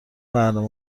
برنامه